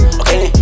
okay